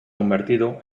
convertido